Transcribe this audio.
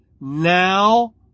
now